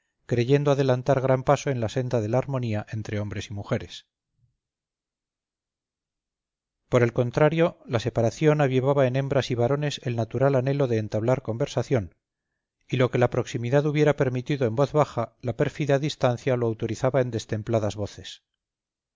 creyendo adelantar gran paso en la senda de la armonía entre hombres y mujeres por el contrario la separación avivaba en hembras y varones el natural anhelo de entablar conversación y lo que la proximidad hubiera permitido en voz baja la pérfida distancia lo autorizaba en destempladas voces